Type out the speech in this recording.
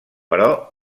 però